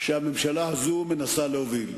שהממשלה הזו מנסה להוביל.